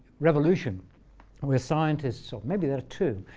revolution where scientists, or maybe there are two,